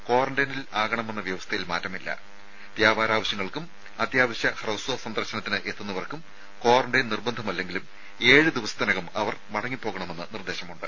ക്വാറന്റൈനിലാകണമെന്ന വ്യാപാര ആവശ്യങ്ങൾക്കും അത്യാവശ്യ ഹ്രസ്വ സന്ദർശനത്തിന് എത്തുന്നവർക്കും ക്വാറന്റൈൻ നിർബന്ധമല്ലെങ്കിലും ഏഴ് ദിവസത്തിനകം അവർ മടങ്ങിപ്പോവണമെന്ന് നിർദ്ദേശമുണ്ട്